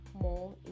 more